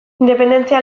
independentzia